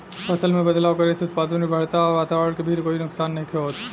फसल में बदलाव करे से उत्पादन भी बढ़ता आ वातवरण के भी कोई नुकसान नइखे होत